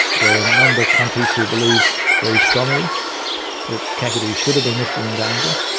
there are a number of countries who believed very strongly that kakadu should have been listed in danger,